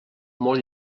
molt